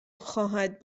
خواهد